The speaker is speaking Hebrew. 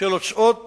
של הוצאות